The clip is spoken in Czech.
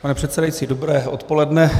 Pane předsedající, dobré odpoledne.